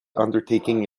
undertaking